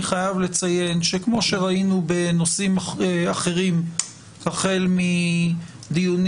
אני חייב לציין שכמו שראינו בנושאים אחרים החל מדיונים